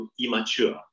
immature